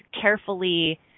carefully